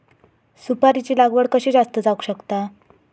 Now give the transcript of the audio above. सुपारीची लागवड कशी जास्त जावक शकता?